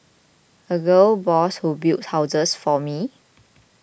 a gal boss who builds houses for me